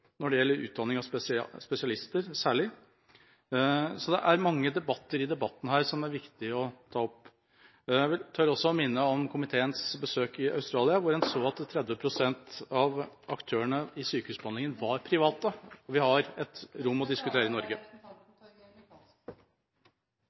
når det gjelder utdanning av spesialister. Så det er mange debatter i debatten her som er viktig å ta opp. Jeg tør også å minne om komiteens besøk i Australia, hvor en så at 30 pst. av aktørene i sykehusbehandlinga var private, og vi har et rom å diskutere der. Er det greit at behandlende helsepersonell ansatt i